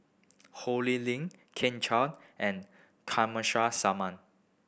Ho Lee Ling Kit Chan and Kamsari Salam